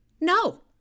No